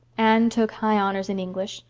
anne took high honors in english.